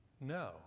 No